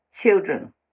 children